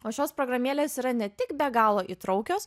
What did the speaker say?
o šios programėlės yra ne tik be galo įtraukios